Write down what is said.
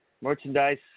merchandise